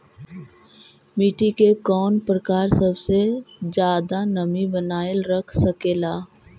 मिट्टी के कौन प्रकार सबसे जादा नमी बनाएल रख सकेला?